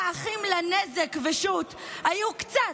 האחים לנזק ושות', היו קצת,